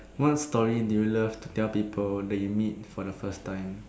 what story do you love to tell people that you meet for the first time